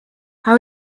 how